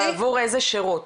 בעבור איזה שירות?